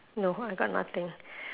no I got nothing